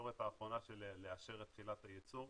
בישורת האחרונה של לאשר את תחילת היצור.